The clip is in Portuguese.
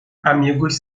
amigos